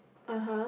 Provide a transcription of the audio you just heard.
(uh huh)